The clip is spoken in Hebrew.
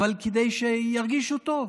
כדי שירגישו טוב.